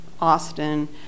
Austin